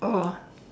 oh